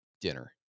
dinner